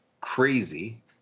crazy